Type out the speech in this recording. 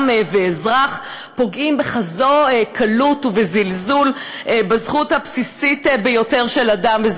ואזרח פוגעים בכזו קלות ובזלזול בזכות הבסיסית ביותר של אדם,